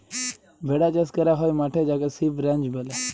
ভেড়া চাস ক্যরা হ্যয় মাঠে যাকে সিপ রাঞ্চ ব্যলে